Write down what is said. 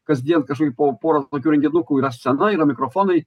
kasdien kažkokį po porą tokių renginukų yra scena yra mikrofonai